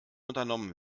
unternommen